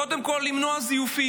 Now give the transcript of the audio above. קודם כול, למנוע זיופים,